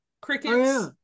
crickets